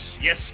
yes